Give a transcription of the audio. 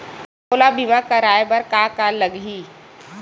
मोला बीमा कराये बर का का लगही?